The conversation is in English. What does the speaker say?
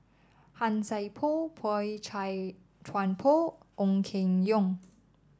Han Sai Por Boey Chuan Poh Ong Keng Yong